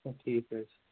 ٹھیٖک حظ چھِ